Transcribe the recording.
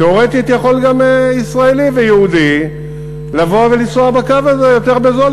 תיאורטית יכול גם ישראלי ויהודי לבוא ולנסוע בקו הזה יותר בזול,